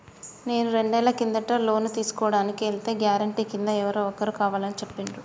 నేను రెండేళ్ల కిందట లోను తీసుకోడానికి ఎల్తే గారెంటీ కింద ఎవరో ఒకరు కావాలని చెప్పిండ్రు